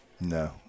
No